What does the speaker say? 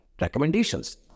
Recommendations